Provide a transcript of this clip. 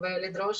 לדרוש